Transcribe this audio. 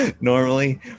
normally